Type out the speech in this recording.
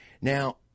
Now